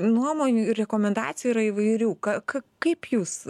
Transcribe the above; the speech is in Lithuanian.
nuomonių ir rekomendacijų yra įvairių ką ka kaip jūs